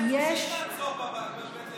תחנת מטרו שהיא תעצור בבית לוינשטיין,